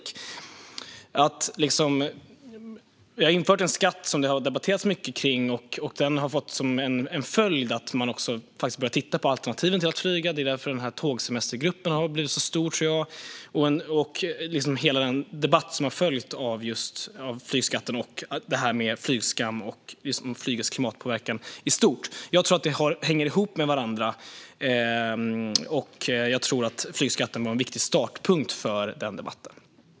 Det har införts en skatt som har resulterat i många diskussioner. En följd har blivit att man har börjat titta på alternativ till att flyga. Det är därför Tågsemestergruppen har blivit så stor. Det gäller även hela debatten som har följt om flygskam och flygets klimatpåverkan i stort. Jag tror att de hänger ihop med varandra, och flygskatten var en viktig startpunkt för den debatten.